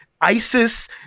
ISIS